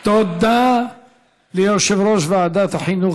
תודה ליושב-ראש ועדת החינוך,